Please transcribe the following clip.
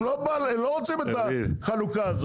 הם לא רוצים את החלוקה הזאת.